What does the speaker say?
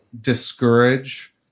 discourage